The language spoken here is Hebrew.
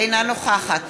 אינה נוכחת